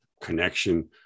connection